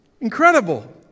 Incredible